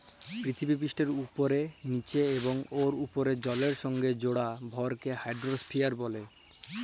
পিথিবীপিঠের উপ্রে, লিচে এবং উয়ার উপ্রে জলের সংগে জুড়া ভরকে হাইড্রইস্ফিয়ার ব্যলে